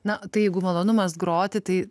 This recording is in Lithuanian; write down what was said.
na tai jeigu malonumas groti tai